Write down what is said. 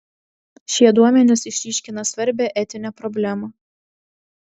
šie duomenys išryškina svarbią etinę problemą